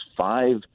five